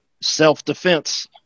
self-defense